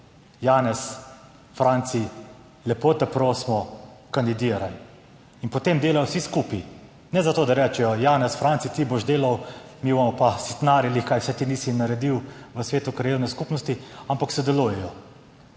Janez, Franci, lepo te prosimo, kandidiraj. In potem delajo vsi skupaj. Ne zato, da rečejo, Janez, Franci, ti boš delal, mi bomo pa sitnarili, česa vse ti nisi naredil v svetu krajevne skupnosti, ampak sodelujejo.